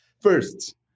First